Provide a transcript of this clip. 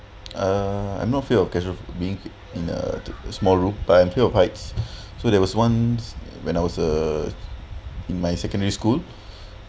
uh I'm not fear of claustro~ being in a small room but I'm fear of heights so there was once when I was a in my secondary school